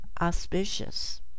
auspicious